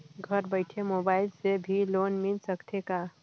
घर बइठे मोबाईल से भी लोन मिल सकथे का?